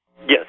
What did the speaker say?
yes